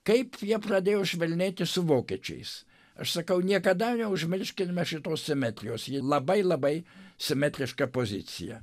kaip jie pradėjo švelnėti su vokiečiais aš sakau niekada neužmirškime šitos simetrijos ji labai labai simetriška pozicija